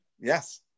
Yes